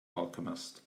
alchemist